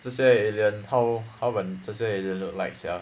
这些 alien how how does 这些 alien look like sia